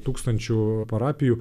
tūkstančių parapijų